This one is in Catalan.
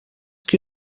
qui